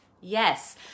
Yes